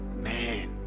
Man